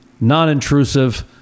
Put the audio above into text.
non-intrusive